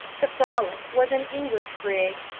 the frolic was an english brig,